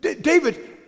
David